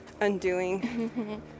undoing